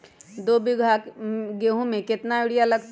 दो बीघा गेंहू में केतना यूरिया लगतै?